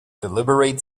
deliberate